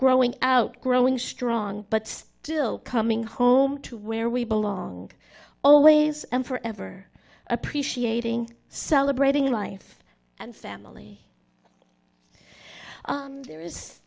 growing out growing strong but still coming home to where we belong always and forever appreciating celebrating life and family there is